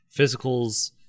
physicals